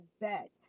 bet